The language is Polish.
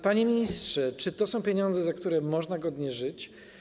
Panie ministrze, czy to są pieniądze, za które można godnie żyć?